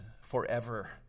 forever